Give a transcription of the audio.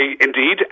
Indeed